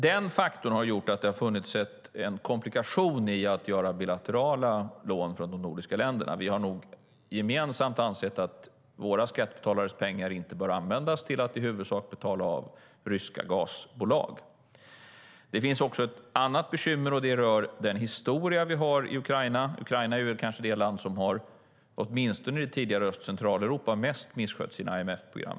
Den faktorn har lett till en komplikation i att göra bilaterala lån från de nordiska länderna. Vi har nog gemensamt ansett att våra skattebetalares pengar inte bör användas till att i huvudsak betala ryska gasbolag. Det finns också ett annat bekymmer. Det rör den historia Ukraina har. Ukraina är det land som kanske har misskött sina IMF-program mest, åtminstone i det tidigare Central och Östeuropa.